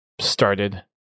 started